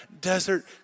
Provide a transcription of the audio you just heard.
desert